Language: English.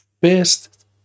best